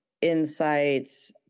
insights